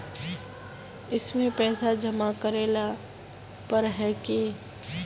इसमें पैसा जमा करेला पर है की?